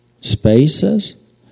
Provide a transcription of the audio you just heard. spaces